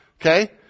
Okay